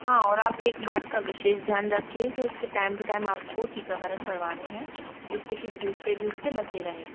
हाँ और आप एक बात का विशेष ध्यान रखिए कि उसके टाइम टू टाइम आपको टीकाकरण करवाने हैं जिससे कि दूसरे भी उससे बचे रहें